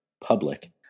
public